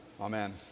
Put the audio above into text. Amen